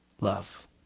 love